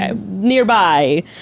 nearby